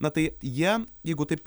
na tai jie jeigu taip